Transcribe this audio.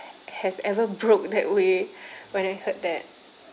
has ever broke that way when I heard that